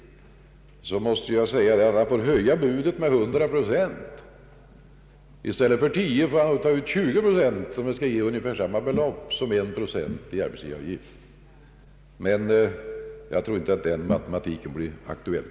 Ja, men då får han lov att höja budet med 100 procent. I stället för 10 procent måste han ta ut 20 procent, om han den vägen skall få ut samma belopp som 1 procent på arbetsgivaravgiften ger. Jag tror emellertid inte att den matematiken blir aktuell.